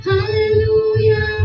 Hallelujah